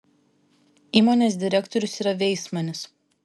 įmonės direktorius yra veismanis